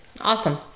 Awesome